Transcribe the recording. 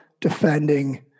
defending